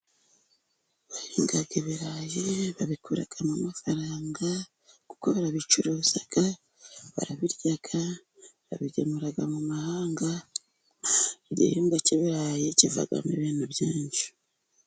Bahinga ibirayi babikuramo amafaranga, kuko barabicuruza, barabirya, babigemura mu mahanga, igihingwa cy'ibirayi kivamo ibintu byinshi.